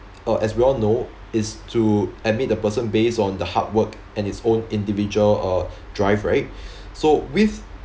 uh as we all know is to admit a person based on the hard work and his own individual uh drive right so with